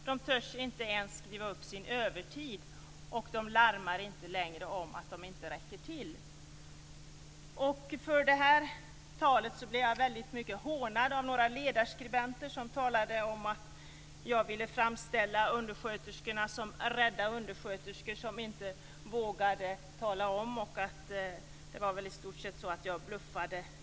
Man törs inte ens skriva upp sin övertid och larmar inte heller om att man inte längre räcker till. Jag blev väldigt mycket hånad för det här talet av några ledarskribenter, som talade om att jag ville framställa undersköterskorna som rädda personer som inte vågar säga något. Det var väl i stort sett så att jag bluffade.